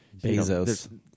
Bezos